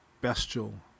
bestial